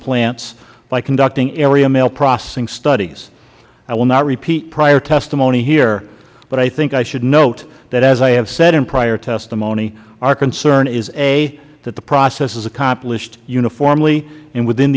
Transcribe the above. plants by conducting area mail processing studies i will not repeat prior testimony here but i think i should note that as i have said in prior testimony our concern is a that the process is accomplished uniformly and within